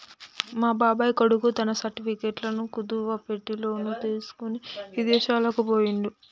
మా బాబాయ్ కొడుకు తన సర్టిఫికెట్లను కుదువబెట్టి లోను తీసుకొని ఇదేశాలకు బొయ్యిండు